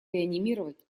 реанимировать